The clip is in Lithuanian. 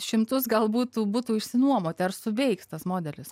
šimtus galbūt tų būtų išsinuomoti ar suveiks tas modelis